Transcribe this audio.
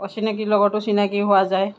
অচিনাকিৰ লগতো চিনাকি হোৱা যায়